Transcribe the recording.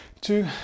two